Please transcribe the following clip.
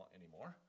anymore